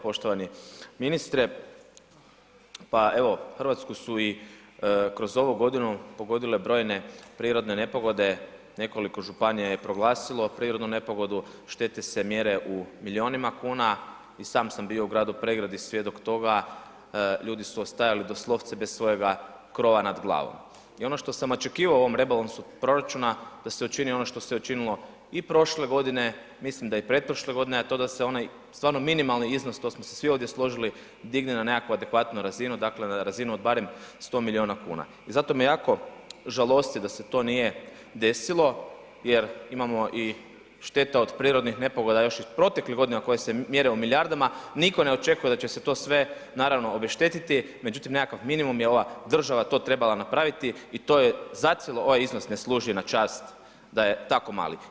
Poštovani ministre, pa evo RH su i kroz ovu godinu pogodile brojne prirodne nepogode, nekoliko županija je proglasilo prirodnu nepogodu, štete se mjere u milijunima kuna i sam sam bio u gradu Pregradi svjedok toga, ljudi su ostajali doslovce bez svojega krova nad glavom i ono što sam očekivao u ovom rebalansu proračuna da se učini ono što se učinilo i prošle godine, mislim da i pretprošle godine, a to da se onaj stvarno minimalni iznos, to smo se svi ovdje složili, digne ne nekakvu adekvatnu razinu, dakle na razinu od barem 100 milijuna kuna i zato me jako žalosti da se to nije desilo jer imamo i šteta od prirodnih nepogoda još iz proteklih godina koje se mjere u milijardama, nitko ne očekuje da će se to sve naravno obeštetiti, međutim nekakav minimum je ova država to trebala napraviti i to je zacijelo ovaj iznos ne služi na čast da je tako mali.